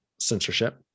censorship